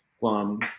Plum